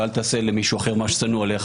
ואל תעשה לחברך מה ששנוא אליך,